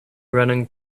running